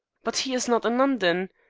but he is not in london.